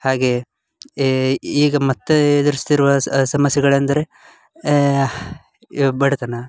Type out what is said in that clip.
ಹಾಗೆ ಈಗ ಮತ್ತು ಎದ್ರಿಸ್ತಿರುವ ಸಮಸ್ಯೆಗಳೆಂದರೆ ಈಗ ಬಡತನ